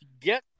get